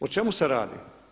O čemu se radi?